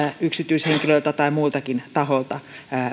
yksityishenkilöiltä tai muiltakin tahoilta